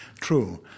True